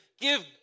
Give